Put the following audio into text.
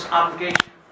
obligation